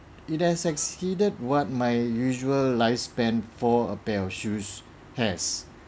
it has exceeded what my usual lifespan for a pair of shoes has